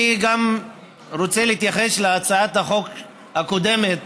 אני גם רוצה להתייחס להצעת החוק הקודמת,